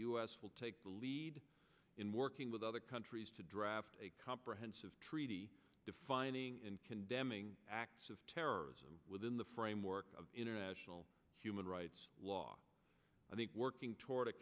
s will take the lead in working with other countries to draft a comprehensive treaty defining in condemning acts of terrorism within the framework of international human rights law i think working toward a